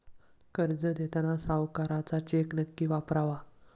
कर्ज देताना सावकाराचा चेक नक्की वापरावा